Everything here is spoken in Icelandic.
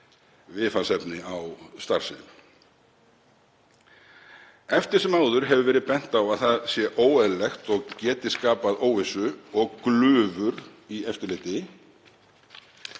viðfangsefni á starfssviðinu. Eftir sem áður hefur verið bent á að það sé óeðlilegt og geti skapað óvissu og glufur í eftirliti